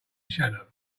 shadow